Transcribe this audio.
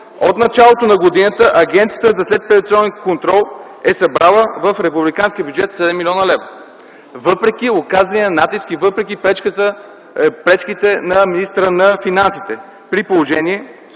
От началото на годината Агенцията за следприватизационен контрол е събрала в републиканския бюджет 7 млн. лв., въпреки оказания натиск и въпреки пречките на министъра на финансите. При положение,